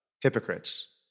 hypocrites